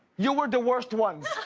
you were the worst ones.